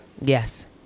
Yes